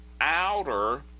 outer